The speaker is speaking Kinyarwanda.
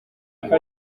ngo